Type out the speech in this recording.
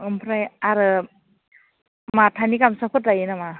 ओमफ्राय आरो माथानि गामसाफोर दायो नामा